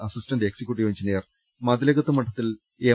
assistant executive engineer മതിലകത്ത് മഠത്തിൽ M